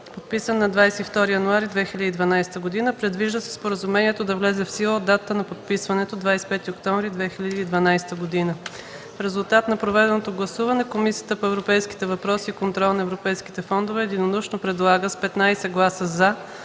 подписан на 22 януари 2012 г. Предвижда се споразумението да влезе в сила от датата на подписване – 25 октомври 2012 г. В резултат на проведеното гласуване, Комисията по европейските въпроси и контрол на европейските фондове единодушно предлага с 15 гласа „за”